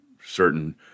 certain